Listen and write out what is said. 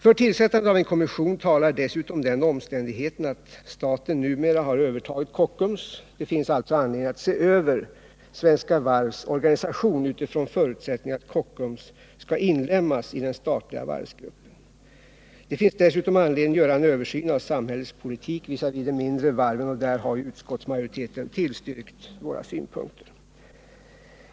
För tillsättandet av en kommission talar dessutom den omständigheten att staten numera har övertagit Kockums. Det finns alltså anledning att se över Svenska Varvs organisation utifrån förutsättningen att Kockums skall inlemmas i den statliga varvsgruppen. Det finns dessutom anledning att göra en översyn av samhällets politik visavi de mindre varven, och där har ju utskottsmajoriteten tillstyrkt våra synpunkter.